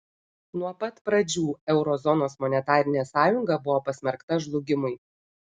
nuo pat pradžių euro zonos monetarinė sąjunga buvo pasmerkta žlugimui